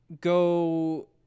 go